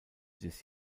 des